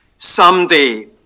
Someday